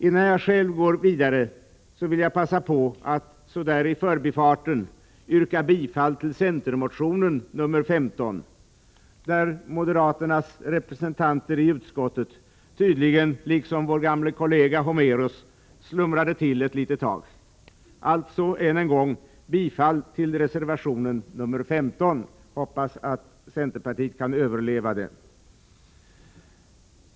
Innan jag själv går vidare vill jag passa på att i förbifarten yrka bifall till centerreservationen nr 15. Moderaternas representanter i utskottet råkade tydligen, liksom vår gamle kollega Homeros, slumra till ett tag. Än en gång yrkar jag bifall till reservation nr 15. Jag hoppas att centerpartiet kan överleva det.